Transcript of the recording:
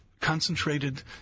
concentrated